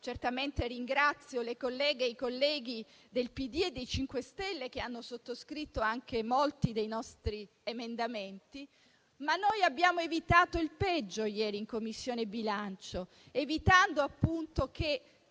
particolare le colleghe e i colleghi del PD e dei 5 Stelle che hanno sottoscritto anche molti dei nostri emendamenti - per evitare il peggio ieri in Commissione bilancio, evitando appunto che